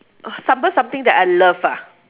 stumble something that I love ah